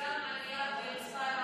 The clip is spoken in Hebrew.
וגם עלייה במספר הנרצחים,